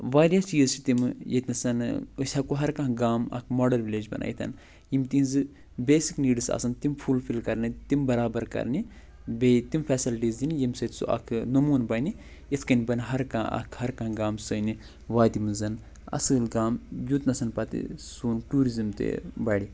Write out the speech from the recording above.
واریاہ چیٖز چھِ تِمہٕ ییٚتہِ نَس أسۍ ہٮ۪کَو ہر کانٛہہ گام اَکھ ماڈَل وِلیج بنٲیِتھ یِم تِہٕنٛزٕ بیسِک نیٖڈٕس آسن تِم فُل فِل کرنہِ تِم برابر کرنہِ بیٚیہِ تِم فٮ۪سَلٹیٖز دِنہٕ ییٚمہِ سۭتۍ سُہ اَکھ نموٗنہٕ بَنہِ اِتھ کَنہِ بَنہِ ہر کانٛہہ اَکھ ہر کانٛہہ گام سانہِ وادی منٛز اَصۭل گام یوٚت نَس پتہٕ سون ٹوٗرِزٕم تہِ بَڑِ